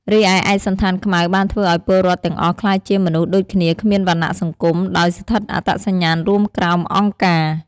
រីឯ ឯកសណ្ឋានខ្មៅបានធ្វើឱ្យពលរដ្ឋទាំងអស់ក្លាយជាមនុស្សដូចគ្នា គ្មានវណ្ណៈសង្គម ដោយស្ថិតអត្តសញ្ញាណរួមក្រោម "អង្គការ"។